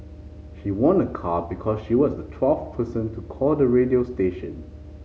she won a car because she was the twelfth person to call the radio station